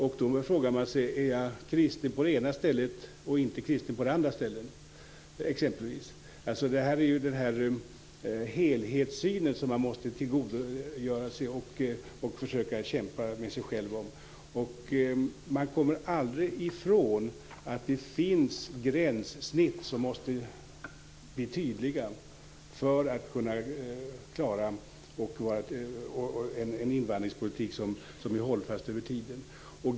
Man kan fråga sig: Är jag kristen på det ena stället och inte kristen på det andra stället? Man måste tillgodogöra sig en helhetssyn och försöka kämpa med sig själv om den. Man kommer aldrig ifrån att det finns gränssnitt som måste bli tydliga för att man skall kunna klara en invandringspolitik som är hållfast över tiden.